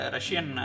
Russian